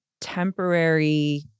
temporary